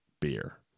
beer